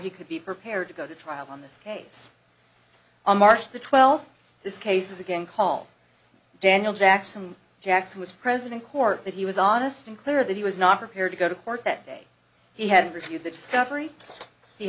he could be prepared to go to trial on this case on march the twelfth this case is again call daniel jackson jackson was president court that he was honest and clear that he was not prepared to go to court that day he had reviewed the discovery